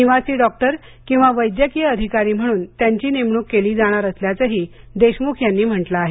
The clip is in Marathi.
निवासी डॉक्टर किंवा वैद्यकीय अधिकारी म्हणून त्यांची नेमणूक केली जाणार असल्याचंही देशमुख यांनी म्हटलं आहे